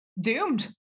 Doomed